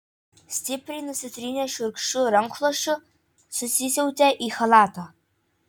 stipriai nusitrynęs šiurkščiu rankšluosčiu susisiautė į chalatą